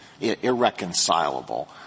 irreconcilable